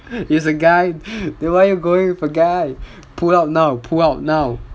it's a guy then why are you going with a guy pull out now pull out now